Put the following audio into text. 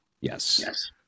Yes